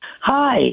Hi